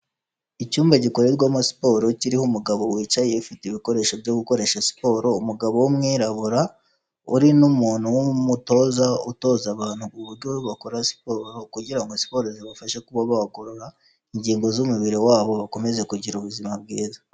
Icyumba gikorerwamo siporo, kiriho umugabo wicaye ufite ibikoresho byo gukoresha siporo, umugabo w'umwirabura, uri n'umuntu w'umutoza, utoza abantu uburyo bakora siporo, kugira ngo siporo zibafashe kuba bagorora ingingo z'umubiri wabo, bakomeze kugira ubuzima bwiza.